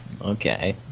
Okay